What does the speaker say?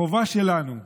החובה שלנו,